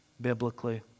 biblically